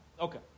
Okay